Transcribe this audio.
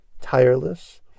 tireless